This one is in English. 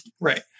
Right